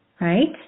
right